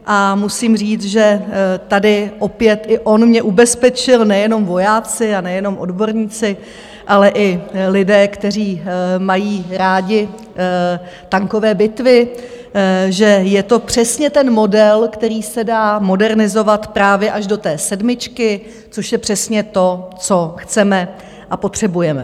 A musím říct, že tady opět i on mě ubezpečil, nejenom vojáci a nejenom odborníci, ale i lidé, kteří mají rádi tankové bitvy, že je to přesně ten model, který se dá modernizovat právě až do té sedmičky, což je přesně to, co chceme a potřebujeme.